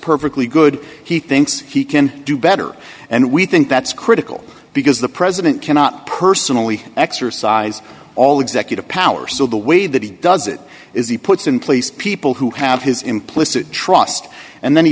perfectly good he thinks he can do better and we think that's critical because the president cannot personally exercise all executive power so the way that he does it if he puts in place people who have his implicit trust and then he